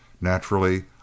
Naturally